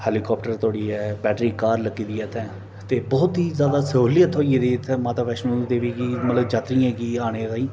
helicopter धोड़ी ऐ battery car बी लग्गी दी ऐ उत्थै ते बहूत ही ज्यादा स्हूलियत होई गेदी इत्थै माता वैष्णो देवी गी मतलब यात्रियें गी आने ताईं